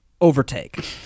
overtake